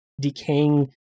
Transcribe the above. decaying